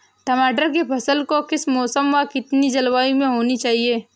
टमाटर की फसल किस मौसम व कितनी जलवायु में होनी चाहिए?